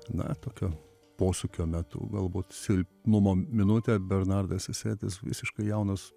na tokio posūkio metu galbūt silpnumo minutę bernardas sesetis visiškai jaunas